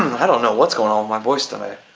i don't know what's going on with my voice today.